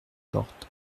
porte